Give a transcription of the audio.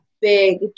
big